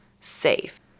safe